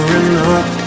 enough